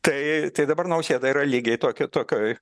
tai tai dabar nausėda yra lygiai tokia tokioj